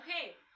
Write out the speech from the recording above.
Okay